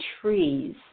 trees